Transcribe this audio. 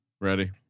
Ready